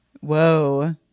whoa